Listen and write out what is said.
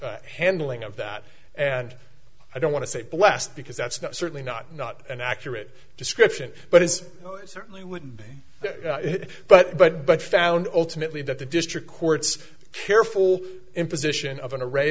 t handling of that and i don't want to say blessed because that's not certainly not not an accurate description but is certainly would but but but found alternately that the district court's careful imposition of an array